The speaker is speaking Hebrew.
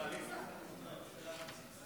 נכון.